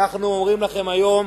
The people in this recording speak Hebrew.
אנחנו אומרים לכם היום,